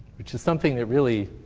which is something that really,